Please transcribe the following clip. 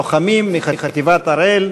לוחמים מחטיבת הראל,